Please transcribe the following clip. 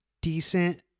decent